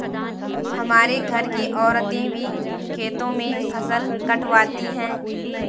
हमारे घर की औरतें भी खेतों में फसल कटवाती हैं